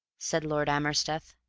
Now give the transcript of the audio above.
said lord amersteth.